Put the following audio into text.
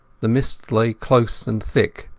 the mist lay close and thick,